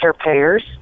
payers